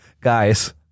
Guys